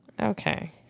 Okay